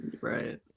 right